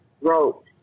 wrote